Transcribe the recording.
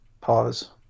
Pause